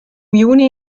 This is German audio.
juni